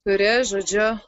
kuri žodžiu